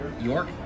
York